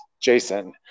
jason